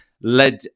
led